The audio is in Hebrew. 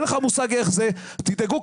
תדאגו,